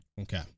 Okay